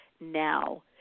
now